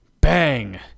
bang